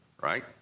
right